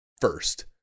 first